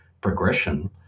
progression